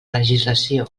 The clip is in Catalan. legislació